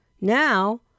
Now